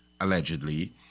allegedly